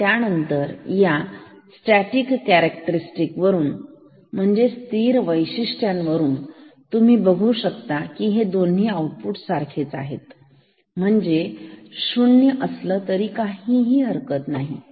आणि त्यानंतर या स्टॅटिक कॅरेक्टरस्टिक वरून स्थिर वैशिष्ट्य वरून तुम्ही बघू शकता की हे दोन्ही आउटपुट सारखेच आहेत म्हणजे शून्य असलं तरी काहीच हरकत नाही